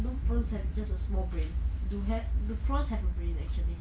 don't prawns have just a small brain do have do prawns have a brain actually